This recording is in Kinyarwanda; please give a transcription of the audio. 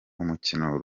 umukino